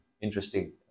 Interesting